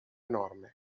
norme